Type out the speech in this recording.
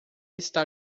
está